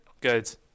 Good